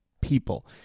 people